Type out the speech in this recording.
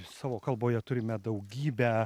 savo kalboje turime daugybę